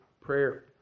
prayer